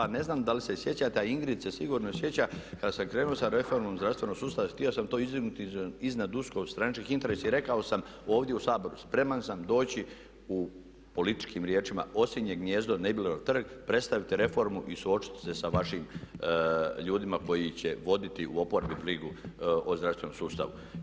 A ne znam da li se sjećate a Ingrid se sigurno sjeća kada sam krenuo sa reformom zdravstvenog sustava htio sam to izdignuti iznad usko stranačkih interesa i rekao sam ovdje u Saboru spreman sam doći u političkim riječima osinje gnijezdo na Iblerov trg, predstaviti reformu i suočiti se sa vašim ljudima koji će voditi u oporbi brigu o zdravstvenom sustavu.